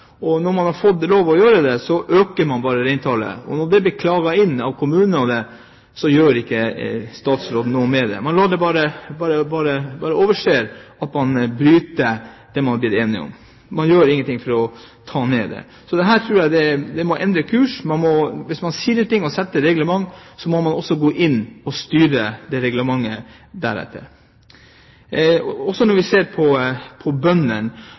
opp. Når man har fått lov til å gjøre det, øker man bare reintallet. Når det så blir klaget inn av kommunene, gjør ikke statsråden noe med det. Man bare overser at man bryter med det man er blitt enige om. Man gjør ingenting for å få ned tallet. Så her tror jeg man må endre kurs. Hvis man sier en ting og iverksetter et reglement, må man også gå inn og styre etter det reglementet. Bøndene